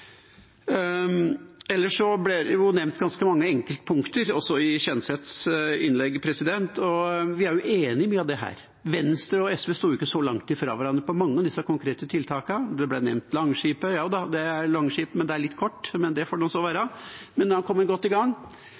Ellers ble det nevnt ganske mange enkeltpunkter, også i Kjenseths innlegg. Vi er jo enige om mye av dette. Venstre og SV står ikke så langt fra hverandre på mange av disse konkrete tiltakene. Langskip ble nevnt. Ja, det er Langskip, men det er litt kort. Det får så være, men det er kommet godt i gang.